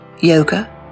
Yoga